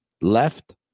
left